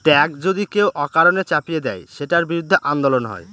tax যদি কেউ অকারণে চাপিয়ে দেয়, সেটার বিরুদ্ধে আন্দোলন হয়